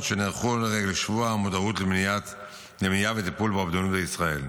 שנערכו לרגל שבוע המודעות למניעה וטיפול באובדנות בישראל.